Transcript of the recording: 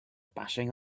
bashing